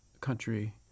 country